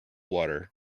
water